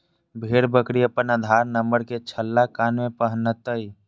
भेड़ बकरी अपन आधार नंबर के छल्ला कान में पिन्हतय